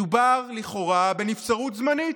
מדובר לכאורה בנבצרות זמנית,